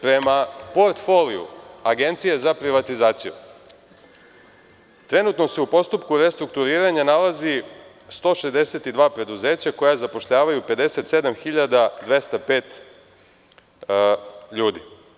Prema portfoliju Agencije za privatizaciju, trenutno se u postupku restrukturiranja nalazi 162 preduzeća koja zapošljavaju 57.205 ljudi.